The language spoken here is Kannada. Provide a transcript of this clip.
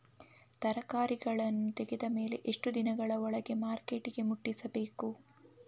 ತರಕಾರಿಗಳನ್ನು ತೆಗೆದ ಮೇಲೆ ಎಷ್ಟು ದಿನಗಳ ಒಳಗೆ ಮಾರ್ಕೆಟಿಗೆ ಮುಟ್ಟಿಸಬೇಕು?